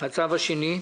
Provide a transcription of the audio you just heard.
הצו השני.